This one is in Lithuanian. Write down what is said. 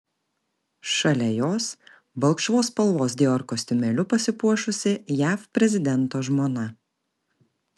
šalia jos balkšvos spalvos dior kostiumėliu pasipuošusi jav prezidento žmona